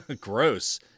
Gross